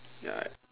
ya